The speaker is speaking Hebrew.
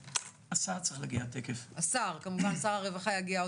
אז זה כן יינתן אבל